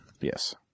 Yes